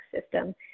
system